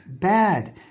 bad